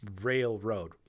Railroad